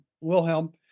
Wilhelm